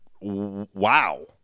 Wow